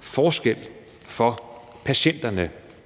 forskel for patienterne.